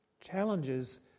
challenges